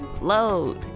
Load